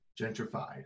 gentrified